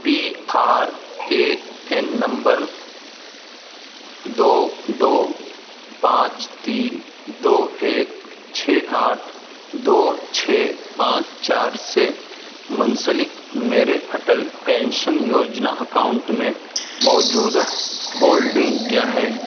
P R A N نمبر دو دو پانچ تین دو ایک چھ آٹھ دو چھ پانچ چار سے منسلک میرے اٹل پینشن یوجنا اکاؤنٹ میں موجودہ ہولڈنگ کیا ہے